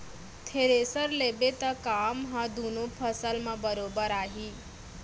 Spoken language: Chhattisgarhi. थेरेसर लेबे त काम ह दुनों फसल म बरोबर आही